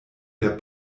der